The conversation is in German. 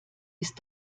ist